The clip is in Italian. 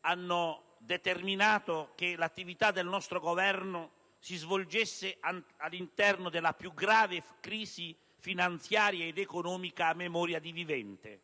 hanno determinato che l'attività del nostro Governo si svolgesse all'interno della più grave crisi finanziaria ed economica a memoria di vivente.